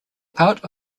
part